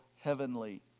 heavenly